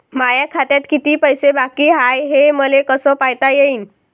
माया खात्यात किती पैसे बाकी हाय, हे मले कस पायता येईन?